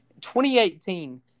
2018